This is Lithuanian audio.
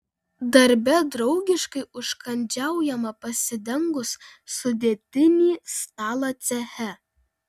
darbe draugiškai užkandžiaujama pasidengus sudėtinį stalą ceche